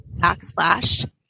backslash